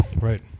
Right